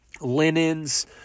linens